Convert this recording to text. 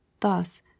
Thus